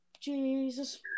Jesus